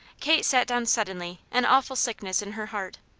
kate sat down suddenly, an awful sickness in her heart.